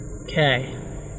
Okay